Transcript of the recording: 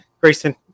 Grayson